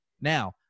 Now